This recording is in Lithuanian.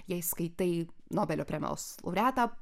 jei skaitai nobelio premijos laureatą